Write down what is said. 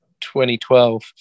2012